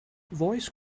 voice